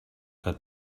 que